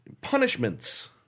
Punishments